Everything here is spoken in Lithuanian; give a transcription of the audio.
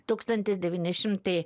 tūkstantis devyni šimtai